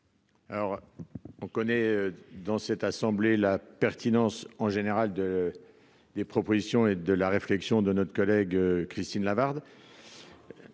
Alors on connaît dans cette assemblée, la pertinence, en général de des propositions et de la réflexion de notre collègue Christine Lavarde.